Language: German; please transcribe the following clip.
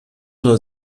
nur